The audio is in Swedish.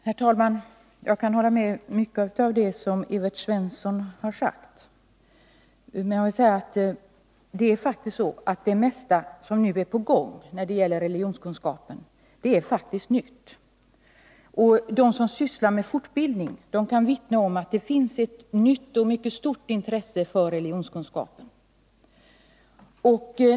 Herr talman! Jag kan hålla med om mycket av det som Evert Svensson här har sagt. Han sade att det mesta som nu är på gång när det gäller religionskunskapen faktiskt är nytt. De som sysslar med fortbildning kan vittna om att det finns ett nytt och mycket stort intresse för religionskunskap.